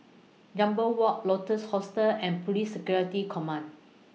Jambol Walk Lotus Hostel and Police Security Command